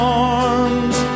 arms